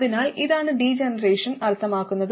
അതിനാൽ ഇതാണ് ഡീജെനറേഷൻ അർത്ഥമാക്കുന്നത്